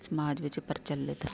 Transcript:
ਸਮਾਜ ਵਿੱਚ ਪ੍ਰਚਲਿਤ ਹਨ